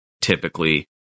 typically